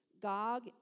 Gog